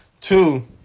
Two